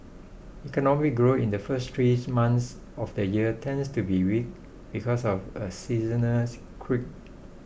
economic growth in the first three months of the year tends to be weak because of a quirk